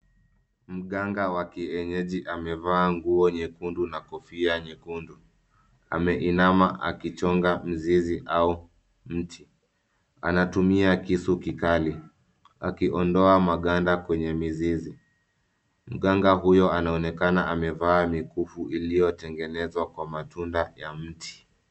Mganga wa kienyeji amevaa nguo nyekundu na kofia nyekundu . Ameinama akichonga mzizi au mti. Anatumia kisu kikali akiondoa maganda kwenye mizizi. Mganga huyo anaonekana amevaa mikufu iliyotengenezwa kwa matunda ya mti.